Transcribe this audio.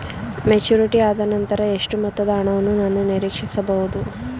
Maturity ಆದನಂತರ ಎಷ್ಟು ಮೊತ್ತದ ಹಣವನ್ನು ನಾನು ನೀರೀಕ್ಷಿಸ ಬಹುದು?